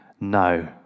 No